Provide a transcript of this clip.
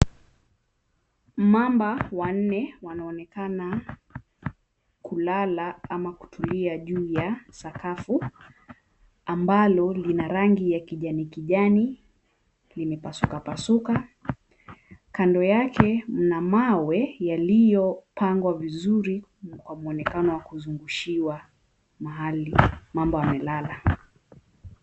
Mamba wanne wanaonekana kulala ama kutulia juu ya sakafu ambalo lina rangi ya kijani kijani limepasuka pasuka. Kando yake mna mawe yaliyopangwa vizuri kwa muonekano wa kuzungushiwa mahali mambo wamelala.